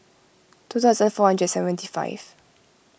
two thousand four hundred and seventy five